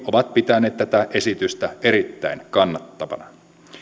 ovat pitäneet tätä esitystä erittäin kannattavana